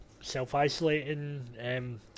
self-isolating